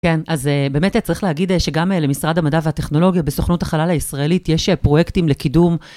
כן, אז באמת צריך להגיד שגם למשרד המדע והטכנולוגיה בסוכנות החלל הישראלית יש פרויקטים לקידום.